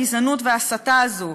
הגזענות וההסתה הזאת.